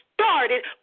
started